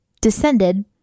descended